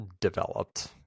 Developed